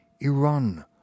Iran